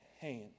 hand